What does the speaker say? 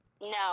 No